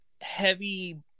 heavy